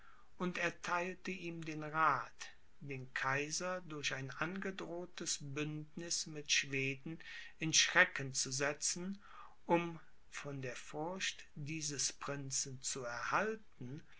und ertheilte ihm den rath den kaiser durch ein angedrohtes bündniß mit schweden in schrecken zu setzen um von der furcht dieses prinzen zu erhalten